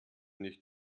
nicht